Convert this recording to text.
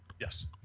yes